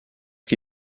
qui